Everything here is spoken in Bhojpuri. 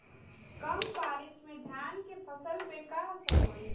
कम बारिश में धान के फसल पे का असर होई?